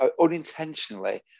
unintentionally